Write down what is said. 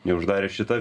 ir uždarė šita